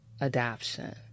adoption